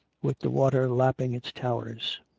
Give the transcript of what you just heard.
with the water lapping its towers.